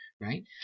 Right